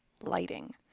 lighting